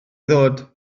ddod